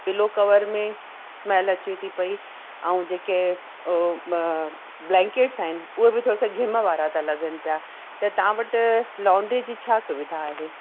pillow cover में smell अचे थी पेई ऐं जेके ब्लैंकेट्स आहिनि उहे बि थोरासा घिम वारा था लॻनि पिया त तव्हां वटि लॉन्ड्री जी छा सुविधा आहे